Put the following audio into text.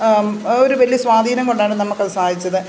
ആ ഒരു വലിയ സ്വാധീനം കൊണ്ടാണ് നമുക്ക് അത് സാധിച്ചത്